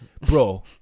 bro